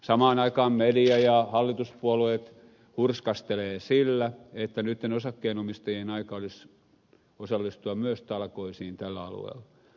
samaan aikaan media ja hallituspuolueet hurskastelevat sillä että nyt osakkeenomistajien aika olisi osallistua myös talkoisiin tällä alueella